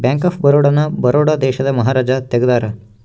bank of Baroda ನ ಬರೋಡ ದೇಶದ ಮಹಾರಾಜ ತೆಗ್ದಾರ